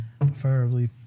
Preferably